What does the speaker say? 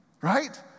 right